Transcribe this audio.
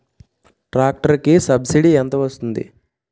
Tractor కి subsidy ఎంత వస్తుంది?